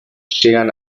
llegan